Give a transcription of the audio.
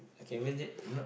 can visit if not